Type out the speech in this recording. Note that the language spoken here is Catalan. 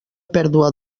pèrdua